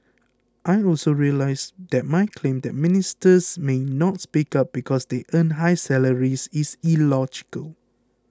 I also realise that my claim that Ministers may not speak up because they earn high salaries is illogical